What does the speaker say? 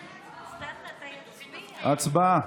הצבעה.